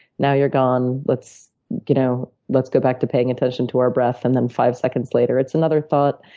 now, you're gone. let's you know let's go back to paying attention to our breath. and then five seconds later, it's another thought,